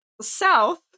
south